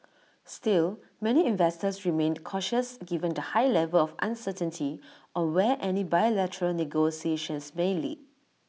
still many investors remained cautious given the high level of uncertainty on where any bilateral negotiations may lead